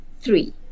three